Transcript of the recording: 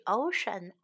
ocean